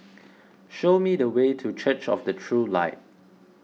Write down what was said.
show me the way to Church of the True Light